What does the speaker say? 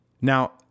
Now